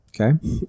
Okay